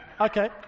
Okay